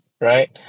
right